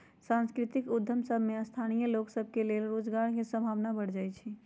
सांस्कृतिक उद्यम सभ में स्थानीय लोग सभ के लेल रोजगार के संभावना बढ़ जाइ छइ